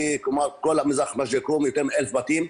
בכל מזרח מג'ד אל כרום יותר מ-1,000 בתים.